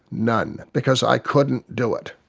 none, because i couldn't do it.